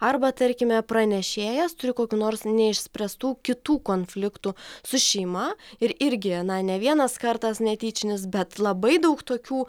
arba tarkime pranešėjas turi kokių nors neišspręstų kitų konfliktų su šeima ir irgi na ne vienas kartas netyčinis bet labai daug tokių